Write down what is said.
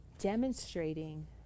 demonstrating